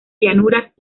llanuras